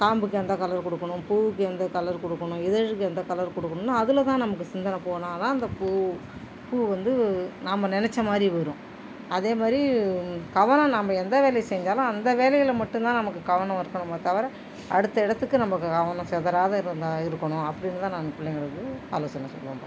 காம்புக்கு எந்த கலர் கொடுக்கணும் பூவுக்கு எந்த கலர் கொடுக்கணும் இதழுக்கு எந்த கலர் கொடுக்கணுன்னு அதில் தான் நமக்கு சிந்தனை போனால் தான் அந்த பூ பூ வந்து நாம் நினச்ச மாதிரி வரும் அதே மாதிரி கவனம் நாம் எந்த வேலையை செஞ்சாலும் அந்த வேலையில் மட்டும் தான் நமக்கு கவனம் இருக்கணுமே தவிர அடுத்த இடத்துக்கு நமக்கு கவனம் சிதராத இருந்தால் இருக்கணும் அப்படின்னு தான் நான் பிள்ளைங்களுக்கு ஆலோசனை சொல்லுவேன்ப்பா